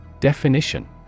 Definition